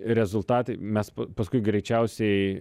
rezultatai mes pa paskui greičiausiai